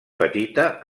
petita